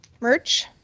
merch